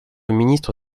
ministre